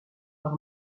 par